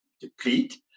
deplete